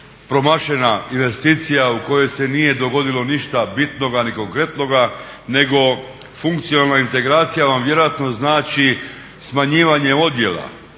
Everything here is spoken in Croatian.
promašena investicija u kojoj se nije dogodilo ništa bitnoga ni konkretnoga nego funkcionalna integracija vam vjerojatno znači smanjivanje odjela